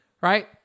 right